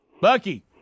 Bucky